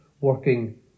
working